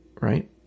right